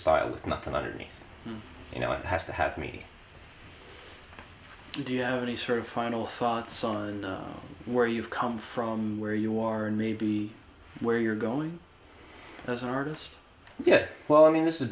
style with nothing underneath you know it has to have me do you have any sort of final thoughts on where you've come from where you are and me be where you're going as an artist yeah well i mean this is a